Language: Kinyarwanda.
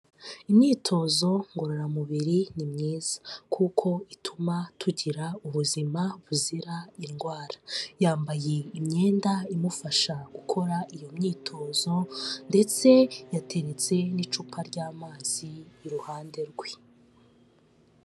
Imyitozo ngororamubiri ni myiza kuko ituma tugira ubuzima buzira indwara, yambaye imyenda imufasha gukora iyo myitozo ndetse yateretse n'icupa ry'amazi iruhande rwe.